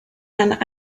and